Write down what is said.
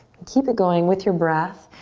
keep it going with your breath.